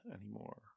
anymore